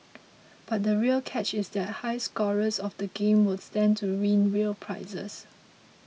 but the real catch is that high scorers of the game will stand to win real prizes